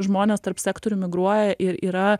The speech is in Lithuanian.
žmonės tarp sektorių migruoja ir yra